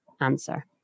answer